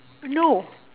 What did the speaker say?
no